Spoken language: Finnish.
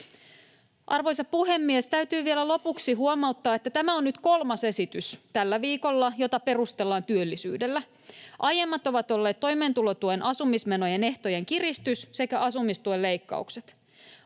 Arvoisa puhemies! Täytyy vielä lopuksi huomauttaa, että tämä on nyt kolmas esitys tällä viikolla, jota perustellaan työllisyydellä. Aiemmat ovat olleet toimeentulotuen asumismenojen ehtojen kiristys sekä asumistuen leikkaukset.